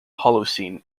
holocene